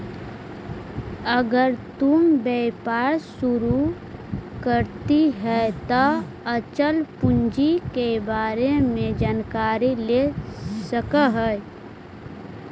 अगर तु व्यापार शुरू करित हे त अचल पूंजी के बारे में जानकारी ले सकऽ हे